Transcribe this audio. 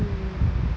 hmm